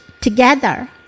together